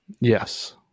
Yes